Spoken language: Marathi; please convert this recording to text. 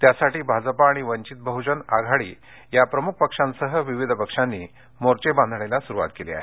त्यासाठी भाजप आणि वंचित बहुजन आघाडी या प्रमुख पक्षांसह विविध पक्षांनी मोर्चे बांधणीला सुरुवात केली आहे